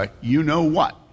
you-know-what